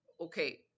okay